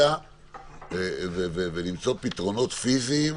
השקעות ועל מציאת פתרונות פיזיים,